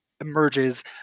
emerges